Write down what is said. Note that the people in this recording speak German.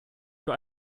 für